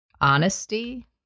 honesty